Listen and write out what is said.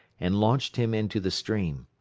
and launched him into the stream.